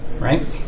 right